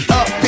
up